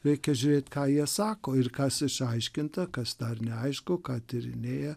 reikia žiūrėti ką jie sako ir kas išaiškinta kas dar neaišku ką tyrinėja